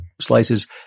slices